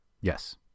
Yes